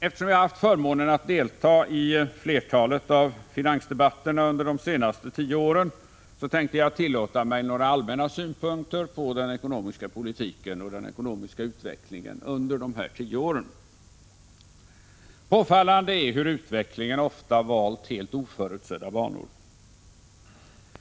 Eftersom jag haft förmånen att delta i flertalet av finansdebatterna under de senaste tio åren, tänkte jag tillåta mig några allmänna synpunkter på den ekonomiska politiken och den ekonomiska utvecklingen under dessa tio år. Påfallande är hur utvecklingen ofta valt helt oförutsedda banor.